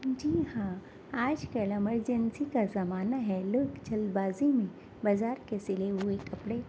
جی ہاں آج کل ایمرجنسی کا زمانہ ہے لوگ جلد بازی میں بازار کے سلے ہوئے کپڑے